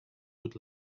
would